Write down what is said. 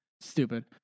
Stupid